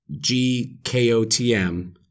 G-K-O-T-M